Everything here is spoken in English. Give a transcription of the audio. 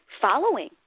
following